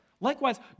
Likewise